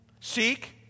Seek